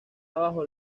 bajo